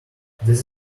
this